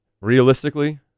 Realistically